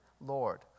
Lord